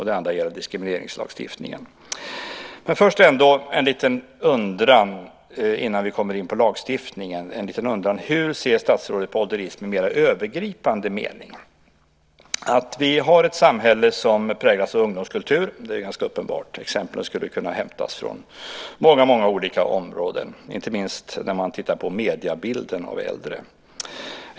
Den andra gäller diskrimineringslagstiftningen. Först har jag en liten undran innan jag kommer in på lagstiftningen: Hur ser statsrådet på "ålderism" i en mera övergripande mening? Det är ganska uppenbart att vi har ett samhälle som präglas av ungdomskultur. Exemplen skulle kunna hämtas från många olika områden. Det gäller inte minst mediebilden av äldre.